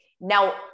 now